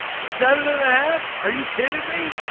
seven and a half. are you kidding me.